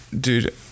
Dude